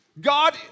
God